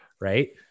Right